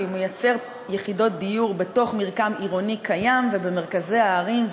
כי הוא מייצר יחידות דיור בתוך מרקם עירוני קיים ובמרכזי הערים,